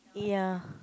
ya